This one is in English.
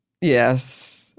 Yes